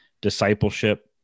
discipleship